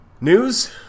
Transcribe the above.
News